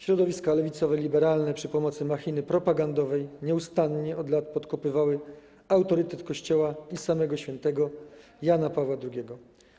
Środowiska lewicowe i liberalne przy pomocy machiny propagandowej nieustannie od lat podkopywały autorytet Kościoła i samego św. Jana Pawła II.